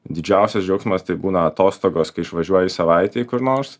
didžiausias džiaugsmas tai būna atostogos kai išvažiuoji savaitei kur nors